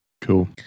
Cool